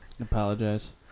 apologize